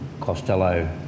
Costello